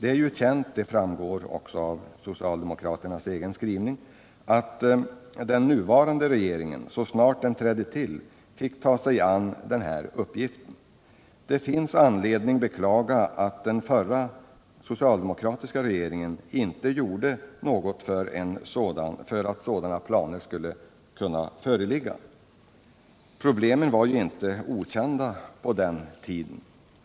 Det är ju känt — detta framgår också av socialdemokraternas egen skrivning — att den nuvarande regeringen så snart den trädde till fick ta sig an den uppgiften. Det finns anledning att beklaga att den socialdemokratiska regeringen inte gjorde något för att framlägga sådana planer. Problemen var ju inte okända på den tiden.